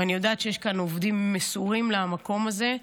ואני יודעת שיש כאן עובדים מסורים למקום הזה.